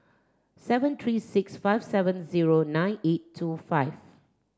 seven three six five seven zero nine eight two five